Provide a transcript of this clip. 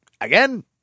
again